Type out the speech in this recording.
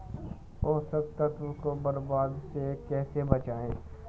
पोषक तत्वों को बर्बादी से कैसे बचाएं?